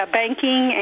banking